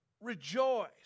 rejoice